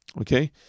Okay